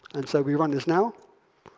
and so we run this now.